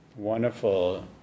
Wonderful